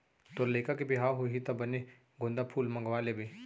तोर लइका के बिहाव होही त बने गोंदा फूल मंगवा लेबे